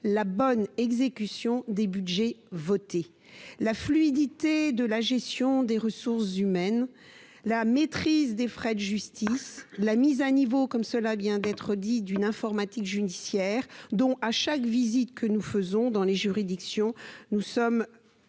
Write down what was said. la bonne exécution des Budgets votés la fluidité de la gestion des ressources humaines, la maîtrise des frais de justice, la mise à niveau, comme cela vient d'être dit, d'une informatique judiciaire dont à chaque visite que nous faisons dans les juridictions, nous sommes